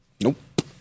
Nope